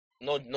No